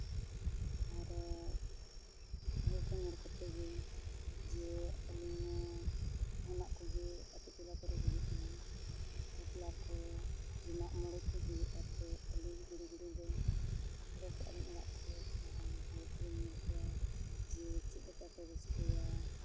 ᱟᱨᱚ ᱚᱱᱟ ᱠᱚ ᱧᱮᱞ ᱠᱟᱛᱮ ᱜᱮ ᱡᱮ ᱟᱹᱞᱤᱧ ᱦᱚᱸ ᱡᱟᱦᱟᱸᱱᱟᱜ ᱠᱚᱜᱮ ᱟᱛᱳᱼᱴᱚᱞᱟ ᱠᱚᱨᱮ ᱦᱩᱭᱩᱜᱼᱟ ᱵᱟᱯᱞᱟ ᱠᱚ ᱦᱩᱭᱩᱜᱼᱟᱛᱮ ᱟᱹᱞᱤᱧ ᱦᱤᱞᱤ ᱫᱟᱹᱭ ᱫᱚ ᱚᱰᱚᱠᱚᱜᱼᱟ ᱞᱤᱧ ᱚᱲᱟᱜ ᱠᱷᱚᱡᱽ ᱟᱨ ᱦᱚᱲ ᱠᱚᱞᱤᱧ ᱧᱮᱞ ᱠᱚᱣᱟ ᱡᱮ ᱪᱮᱫ ᱞᱮᱠᱟ ᱠᱚ ᱨᱟᱹᱥᱠᱟᱹᱭᱟ